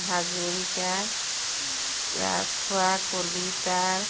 Hazarika Rajkhowa Kalita